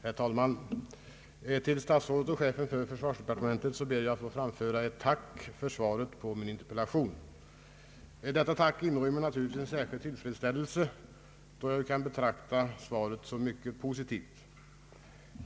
Herr talman! Till statsrådet och chefen för försvarsdepartementet ber jag att få framföra ett tack för svaret på min interpellation. Detta tack inrymmer naturligtvis en stor tillfredsställelse, då jag kan betrakta svaret som mycket positivt.